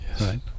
right